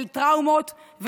של טראומות,